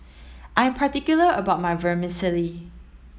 I'm particular about my Vermicelli